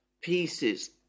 pieces